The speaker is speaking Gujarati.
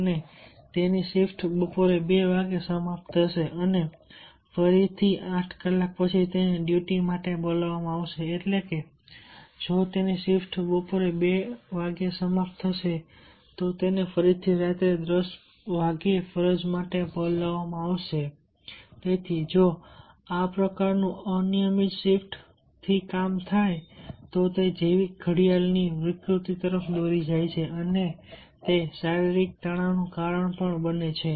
અને તેની શિફ્ટ બપોરે 2 વાગ્યે સમાપ્ત થશે અને ફરીથી 8 કલાક પછી તેને ડ્યુટી માટે બોલાવવામાં આવશે એટલે કે જો તેની શિફ્ટ બપોરે 2 વાગ્યે સમાપ્ત થશે તો તેને ફરીથી રાત્રે 10 વાગ્યે ફરજ માટે બોલાવવામાં આવશે તેથી જો આ પ્રકારનું અનિયમિત શિફ્ટ થાય છે તો તે જૈવિક ઘડિયાળ ની વિકૃતિ તરફ દોરી જાય છે અને તે શારીરિક તણાવનું કારણ પણ બને છે